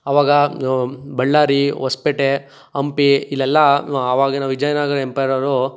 ಅವಾಗ ಬಳ್ಳಾರಿ ಹೊಸ್ಪೇಟೆ ಹಂಪಿ ಇಲ್ಲೆಲ್ಲ ಆವಾಗಿನ ವಿಜಯನಗರ ಎಂಪೈರವರು